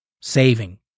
saving